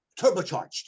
turbocharged